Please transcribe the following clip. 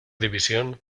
división